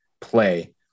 play